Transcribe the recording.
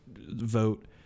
vote